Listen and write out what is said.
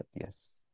Yes